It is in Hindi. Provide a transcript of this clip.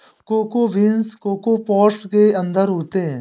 कोको बीन्स कोको पॉट्स के अंदर उगते हैं